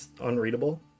unreadable